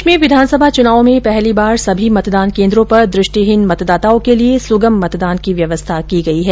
प्रदेश में विधानसभा चुनाव में पहली बार सभी मतदान केंद्रों पर दृष्टिहीन मतदाताओं के लिए सुगम मतदान की व्यवस्था की गई है